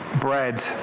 bread